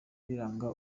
biranga